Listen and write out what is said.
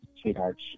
sweetheart